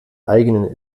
eigenen